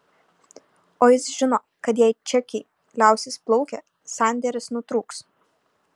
o jis žino kad jei čekiai liausis plaukę sandėris nutrūks